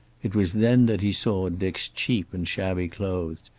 it was then that he saw dick's cheap and shabby clothes,